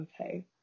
okay